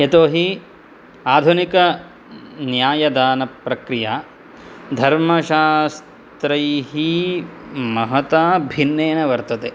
यतोहि आधुनिक न्यायदानप्रक्रिया धर्मशास्त्रैः महता भिन्नेन वर्तते